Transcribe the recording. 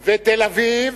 ותל-אביב,